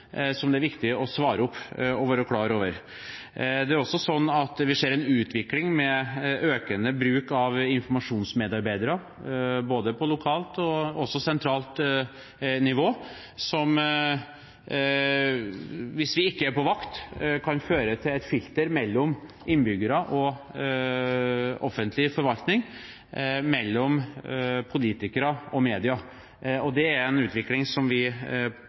som det er viktig å svare på og være klar over. Vi ser også en utvikling med en økende bruk av informasjonsmedarbeidere, på både lokalt og sentralt nivå, som kan føre til – hvis vi ikke er på vakt – et filter mellom innbyggere og offentlig forvaltning og mellom politikere og media. Det er en utvikling som vi